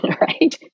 right